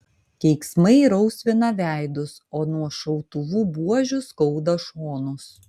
keiksmai rausvina veidus o nuo šautuvų buožių skauda šonus